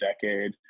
decade